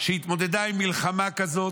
שהתמודדה עם מלחמה כזאת,